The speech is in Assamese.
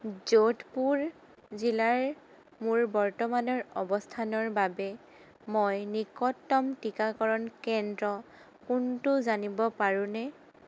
যোধপুৰ জিলাৰ মোৰ বৰ্তমানৰ অৱস্থানৰ বাবে মই নিকটতম টীকাকৰণ কেন্দ্ৰ কোনটো জানিব পাৰোঁনে